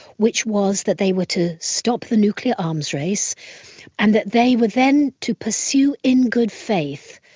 which was that they were to stop the nuclear arms race and that they were then to pursue in good faith,